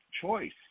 choice